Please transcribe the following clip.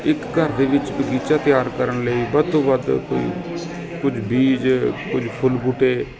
ਇੱਕ ਘਰ ਦੇ ਵਿੱਚ ਬਗੀਚਾ ਤਿਆਰ ਕਰਨ ਲਈ ਵੱਧ ਤੋਂ ਵੱਧ ਕੋਈ ਕੁਝ ਬੀਜ ਕੁਝ ਫੁੱਲ ਬੂਟੇ